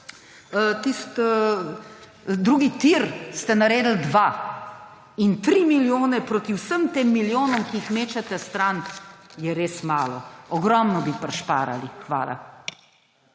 drugi tir ste naredili 2. In 3 milijone proti vsem tem milijonom, ki jih mečete stran, je res malo. Ogromno bi prišparali. Hvala.